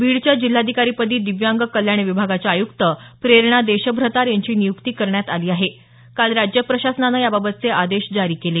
बीडच्या जिल्हाधिकारीपदी दिव्यांग कल्याण विभागाच्या आयुक्त प्रेरणा देशभ्रतार यांची नियुक्ती करण्यात आली आहे काल राज्य प्रशासनानं याबाबतचे आदेश जारी केले